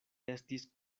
estis